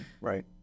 right